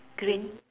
green